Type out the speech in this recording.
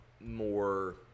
more